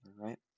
right